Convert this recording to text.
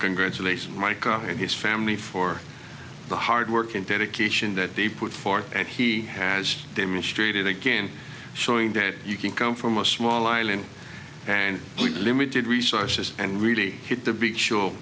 congratulate my car and his family for the hard work and dedication that they put forth and he has demonstrated they can showing that you can come from a small island and limited resources and really hit the b